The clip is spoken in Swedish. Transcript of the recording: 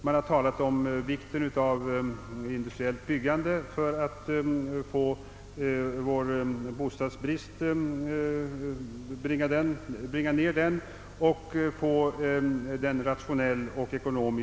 Man har talat om vikten av industriellt byggande för att nedbringa bostadsbristen.